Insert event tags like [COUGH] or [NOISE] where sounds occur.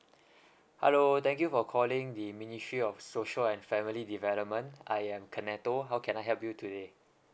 [BREATH] hello thank you for calling the ministry of social and family development I am canetto how can I help you today